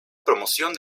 promoción